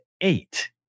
eight